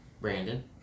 Brandon